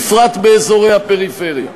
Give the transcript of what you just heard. בפרט באזורי הפריפריה.